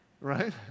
right